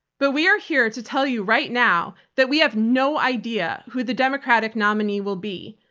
but we are here to tell you right now that we have no idea who the democratic nominee will be,